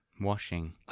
washing